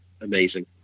amazing